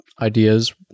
ideas